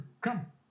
come